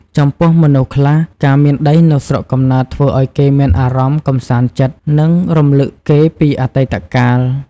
ចំពោះមនុស្សខ្លះ ការមានដីនៅស្រុកកំណើត ធ្វើឱ្យគេមានអារម្មណ៍កម្សាន្តចិត្ត និងរំឭកគេពីអតីកាល។